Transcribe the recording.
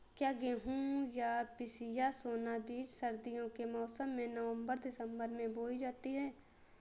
क्या गेहूँ या पिसिया सोना बीज सर्दियों के मौसम में नवम्बर दिसम्बर में बोई जाती है?